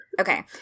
Okay